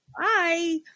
Bye